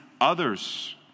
others